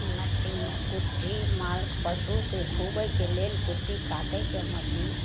उन्नतिमे कुट्टी मार्ग पशुके खुआबैके लेल कुट्टी काटैके मशीन